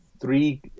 three